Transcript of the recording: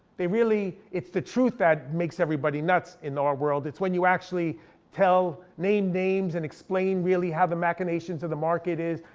they really. it's the truth that makes everybody nuts in our world. it's when you actually tell, name names, and explain really how the machinations of the market is,